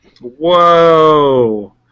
Whoa